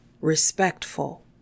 respectful